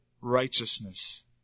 righteousness